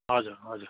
हजुर हजुर